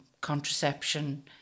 contraception